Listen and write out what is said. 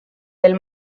del